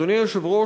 אדוני היושב-ראש,